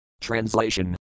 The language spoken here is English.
Translation